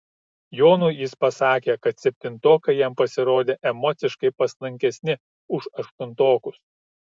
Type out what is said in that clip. jonui jis pasakė kad septintokai jam pasirodė emociškai paslankesni už aštuntokus